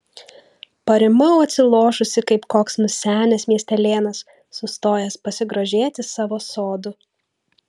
parimau atsilošusi kaip koks nusenęs miestelėnas sustojęs pasigrožėti savo sodu